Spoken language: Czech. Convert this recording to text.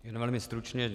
Jen velmi stručně.